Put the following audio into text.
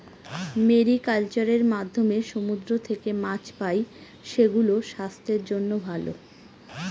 mariculture এর মাধ্যমে সমুদ্র থেকে মাছ পাই, সেগুলো স্বাস্থ্যের জন্য ভালো